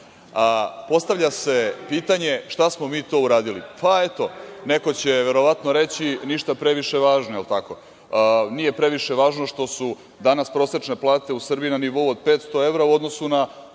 nema. Postavlja se pitanje šta smo mi to uradili? Pa eto, neko će verovatno reći - ništa previše važno, jel tako. Nije priviše važno što su danas prosečne plate u Srbiji na nivou od 500 evra, u odnosu na